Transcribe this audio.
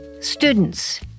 students